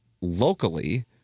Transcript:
locally